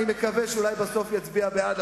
אני מקווה שאולי בסוף יצביע בעד,